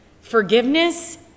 forgiveness